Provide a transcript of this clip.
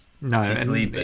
no